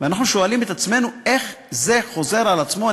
אנחנו שואלים את עצמנו: איך זה חוזר על עצמו?